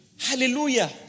Hallelujah